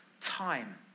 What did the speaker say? time